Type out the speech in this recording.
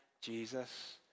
Jesus